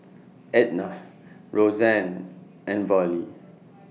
Etna Roseanne and Vollie